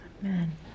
Amen